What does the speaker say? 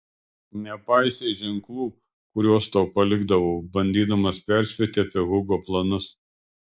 nepaisei ženklų kuriuos tau palikdavau bandydamas perspėti apie hugo planus